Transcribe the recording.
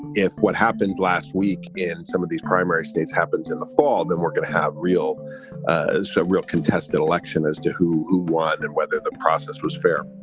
if what happened last week in some of these primary states happens in the fall, that we're going to have real a ah real contested election as to who who won and whether the process was fair